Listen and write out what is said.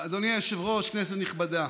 אדוני היושב-ראש, כנסת נכבדה,